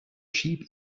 sheep